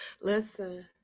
listen